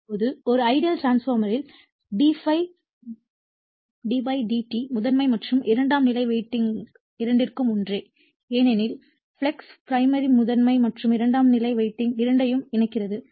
இப்போது ஒரு ஐடியல் டிரான்ஸ்பார்மர்யில் d∅ d ψ dt முதன்மை மற்றும் இரண்டாம் நிலை வைண்டிங் இரண்டிற்கும் ஒன்றே ஏனெனில் ஃப்ளக்ஸ் primary முதன்மை மற்றும் இரண்டாம் நிலை வைண்டிங் இரண்டையும் இணைக்கிறது